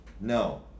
No